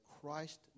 Christ